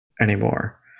anymore